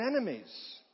enemies